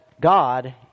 God